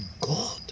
God